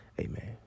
Amen